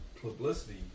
publicity